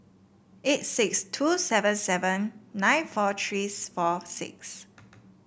eight six two seven seven nine four three four six